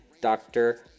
doctor